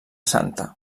santa